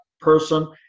person